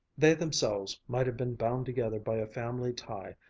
they themselves might have been bound together by a family tie,